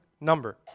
number